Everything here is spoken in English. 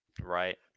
Right